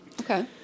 Okay